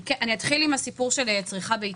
אתחיל עם הסיפור של צריכה ביתית,